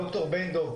דוקטור בן דב,